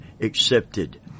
accepted